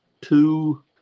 two